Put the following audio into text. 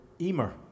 Emer